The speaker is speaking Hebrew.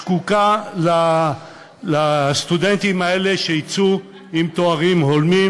זקוקים לסטודנטים האלו שיצאו עם תארים הולמים